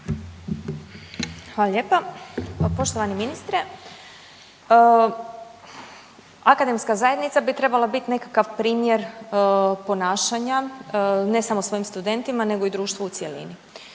Hvala lijepa. Poštovani ministre, akademska zajednica bi trebala bit nekakav primjer ponašanja ne samo svojim studentima nego i društvu u cjelini